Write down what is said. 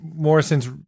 Morrison's